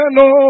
no